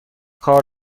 کار